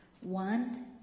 One